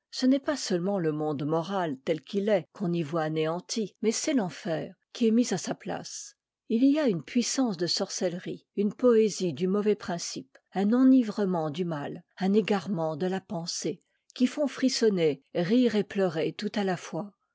ce n'est pas seulement le monde mora tel qu'il est qu'on y voit anéanti mais c'est l'enfer qui est mis à sa place h y a une puissance de sorcellerie une poésie du mauvais principe un enivrement du mal un égarement de la pensée qui font frissonner rire et pleurer tout à la fois